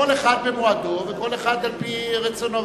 כל אחד במועדו וכל אחד לפי רצונו.